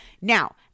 now